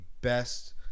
best